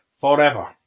forever